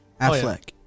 Affleck